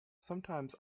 sometimes